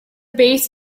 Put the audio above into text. base